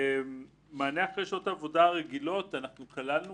--- מענה אחרי שעות העבודה הרגילות - אנחנו כללנו